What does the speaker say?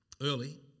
early